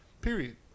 period